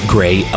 Gray